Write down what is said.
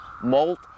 molt